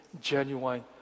genuine